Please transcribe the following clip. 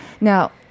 now